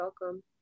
welcome